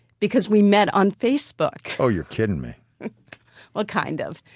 because we met on facebook oh, you're kidding me well kind of.